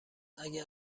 اگر